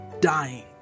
dying